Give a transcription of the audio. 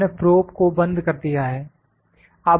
हमने प्रोब को बंद कर दिया है